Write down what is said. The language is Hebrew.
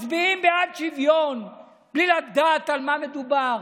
מצביעים בעד שוויון בלי לדעת על מה מדובר,